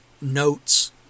notes